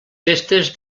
festes